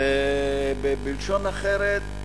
בלשון אחרת,